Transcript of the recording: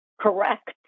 correct